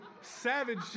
Savage